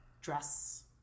dress